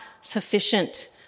sufficient